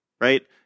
right